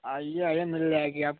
आइए आइए मिल जाएगा आप